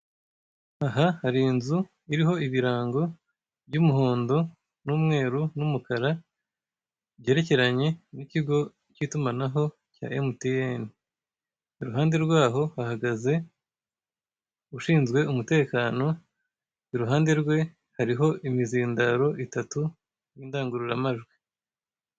Aha hari inzu iriho ibirango by'umuhondo n'umweru n'umukara, byerekanye n'ikigo cy'itumanaho cya emutiyene, iruhande rwaho hahagaze ushinzwe umutekano, iruhande rwe hariho imizindaro itatu n'indangururamajwi.